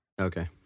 Okay